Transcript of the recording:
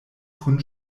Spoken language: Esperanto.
kun